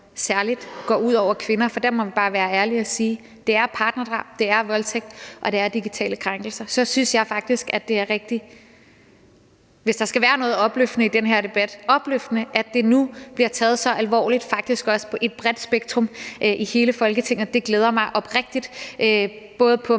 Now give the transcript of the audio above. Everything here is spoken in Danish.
går ud over kvinder? Der må vi bare være ærlige og sige, at det er partnerdrab, det er voldtægt, og det er digitale krænkelser. Så jeg synes faktisk, at det er rigtig – hvis der skal være noget opløftende i den her debat – opløftende, at det nu bliver taget så alvorligt af et bredt spektrum i hele Folketinget. Det glæder mig oprigtigt, både på